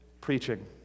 preaching